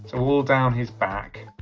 so all down his back